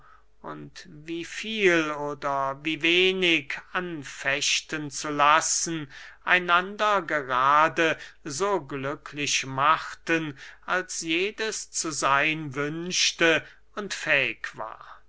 und wie viel oder wie wenig anfechten zu lassen einander gerade so glücklich machten als jedes zu seyn wünschte und fähig war